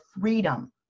freedom